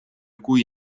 cui